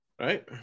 Right